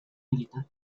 militar